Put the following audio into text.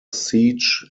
siege